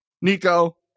Nico